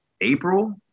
april